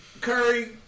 Curry